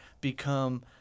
become